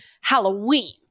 Halloween